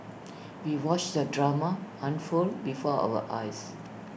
we watched the drama unfold before our eyes